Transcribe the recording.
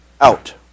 out